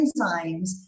enzymes